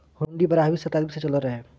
हुन्डी बारहवीं सताब्दी से चलल रहे